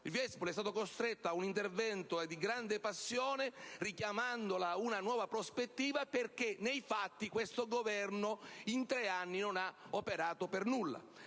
Viespoli è stato costretto ad un intervento di grande passione, richiamandola ad una nuova prospettiva, perché, nei fatti, questo Governo in tre anni non ha operato per nulla.